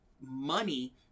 money